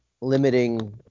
limiting